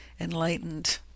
enlightened